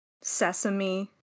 sesame